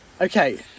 Okay